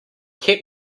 kept